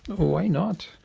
why not?